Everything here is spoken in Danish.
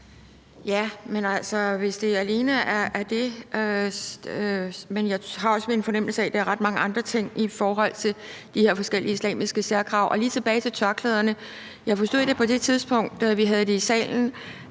(DF): Gid det alene var det, men jeg har også en fornemmelse af, at det er ret mange andre ting i forhold til de her forskellige islamiske særkrav. Jeg vil gerne lige gå tilbage til det med tørklæderne. Jeg forstod det sådan på det tidspunkt, da vi havde det i salen,